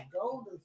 Golden